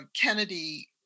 kennedy